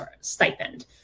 stipend